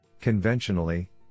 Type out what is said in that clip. Conventionally